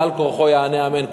בעל כורחו יענה אמן,